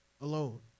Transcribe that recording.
alone